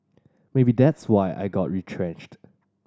maybe that's why I got retrenched